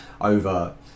over